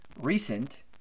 recent